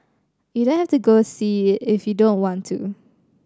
you don't have to go see it if you don't want to